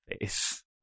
face